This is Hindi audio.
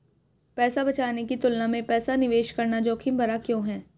पैसा बचाने की तुलना में पैसा निवेश करना जोखिम भरा क्यों है?